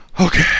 okay